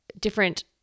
different